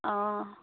অঁ